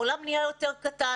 העולם נהיה קטן יותר,